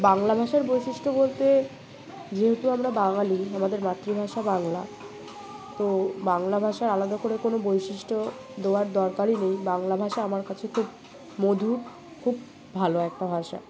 বাংলা ভাষার বৈশিষ্ট্য বলতে যেহেতু আমরা বাঙালি আমাদের মাতৃভাষা বাংলা তো বাংলা ভাষার আলাদা করে কোনো বৈশিষ্ট্য দেওয়ার দরকারই নেই বাংলা ভাষা আমার কাছে খুব মধুর খুব ভালো একটা ভাষা